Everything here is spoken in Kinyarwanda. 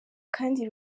kandi